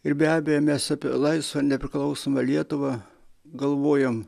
ir be abejo mes apie laisvą nepriklausomą lietuvą galvojom